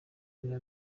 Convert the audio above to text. nina